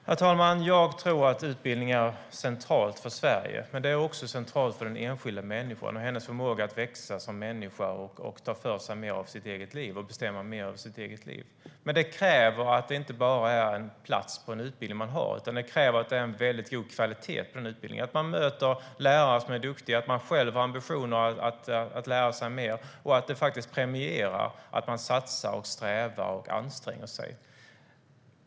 Herr talman! Jag tror att utbildning är centralt för Sverige. Men det är också centralt för den enskilda människan och hennes förmåga att växa som människa och ta för sig mer av sitt eget liv och bestämma mer över det. Det kräver inte bara en plats på en utbildning, utan det kräver också att det är väldigt god kvalitet på den utbildningen, att man möter lärare som är duktiga, att man själv har ambitioner att lära sig mer och att det faktiskt premieras att man satsar, strävar och anstränger sig.